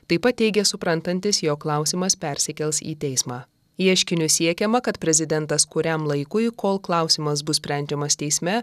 taip pat teigė suprantantis jog klausimas persikels į teismą ieškiniu siekiama kad prezidentas kuriam laikui kol klausimas bus sprendžiamas teisme